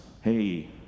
hey